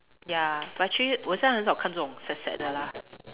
ya but actually 我现在很少看这种 sad sad 的 lah